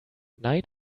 night